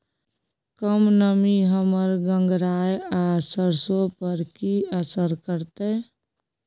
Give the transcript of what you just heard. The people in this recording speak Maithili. कम नमी हमर गंगराय आ सरसो पर की असर करतै?